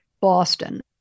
Boston